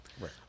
Right